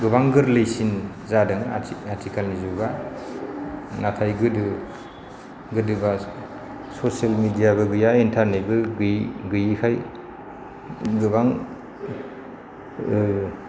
गोबां गोरलैसिन जादों आथिखालनि जुगा नाथाय गोदो गोदोबा ससियेल मिडियाबो गैया इन्टरनेटबो गैयिखाय गोबां